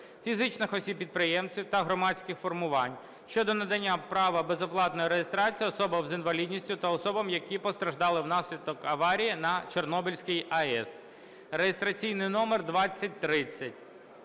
фізичних осіб-підприємців та громадських формувань" (щодо надання права безоплатної реєстрації особам з інвалідністю та особам, які постраждали внаслідок аварії на Чорнобильській АЕС) (реєстраційний номер 2030).